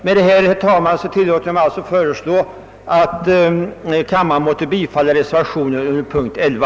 Med detta, herr talman, tillåter jag mig föreslå att kammaren måtte bifalla reservationen 3 vid punkten 11.